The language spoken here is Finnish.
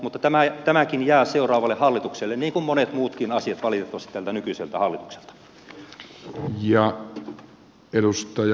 mutta tämäkin jää seuraavalle hallitukselle niin kuin monet muutkin asiat valitettavasti tältä nykyiseltä hallitukselta